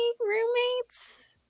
roommates